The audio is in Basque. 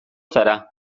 zara